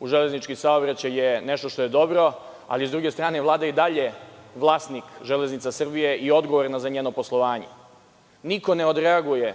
u železnički saobraćaj nešto što je dobro, ali sa druge strane Vlada je i dalje vlasnik Železnica Srbije i odgovorna je za njeno poslovanje, niko ne odreaguje